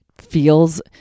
feels